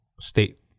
state